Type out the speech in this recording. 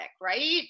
right